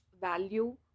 value